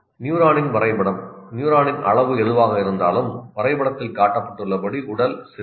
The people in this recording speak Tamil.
நியூரானின் வரைபடம் நியூரானின் அளவு எதுவாக இருந்தாலும் வரைபடத்தில் காட்டப்பட்டுள்ளபடி உடல் சிறியது